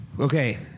Okay